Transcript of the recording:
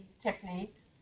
techniques